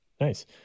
nice